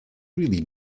really